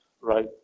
right